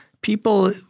People